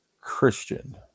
Christian